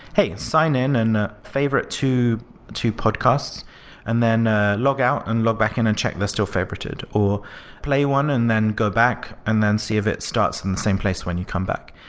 hey, sign in in favorite two two podcasts and then ah logout and log back in and check those two are favorited, or play one and then go back and then see if it starts in the same place when you come back.